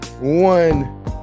One